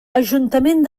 ajuntament